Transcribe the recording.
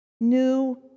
new